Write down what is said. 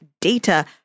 data